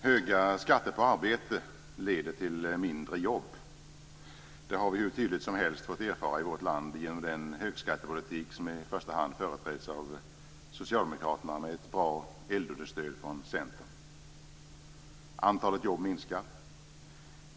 Herr talman! Höga skatter på arbete leder till färre jobb. Det har vi hur tydligt som helst fått erfara i vårt land genom den högskattepolitik som i första hand företräds av Socialdemokraterna med ett bra eldunderstöd från Centern. Antalet jobb minskar.